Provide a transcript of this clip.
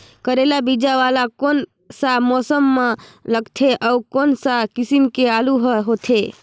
करेला बीजा वाला कोन सा मौसम म लगथे अउ कोन सा किसम के आलू हर होथे?